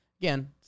Again